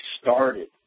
started